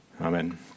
Amen